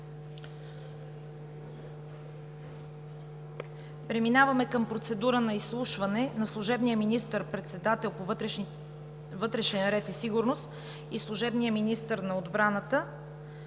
Преминаваме към следващата точка: Изслушване на служебния министър-председател по вътрешен ред и сигурност и служебен министър на отбраната